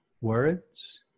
words